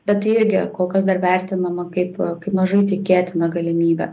bet tai irgi kol kas dar vertinama kaip kaip mažai tikėtina galimybė